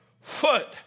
foot